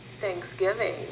Thanksgiving